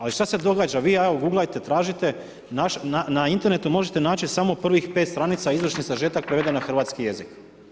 Ali šta se događa, uguglajte, tražite na internetu možete naći samo prvih pet stranica, izvršni sažetak preveden na hrvatski jezik.